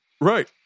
Right